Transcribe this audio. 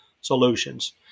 solutions